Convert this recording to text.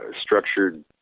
structured